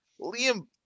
Liam